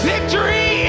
Victory